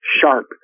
sharp